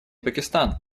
пакистан